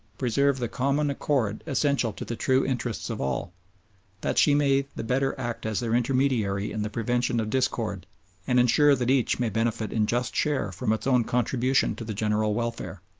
preserve the common accord essential to the true interests of all that she may the better act as their intermediary in the prevention of discord and ensure that each may benefit in just share from its own contribution to the general welfare.